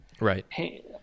Right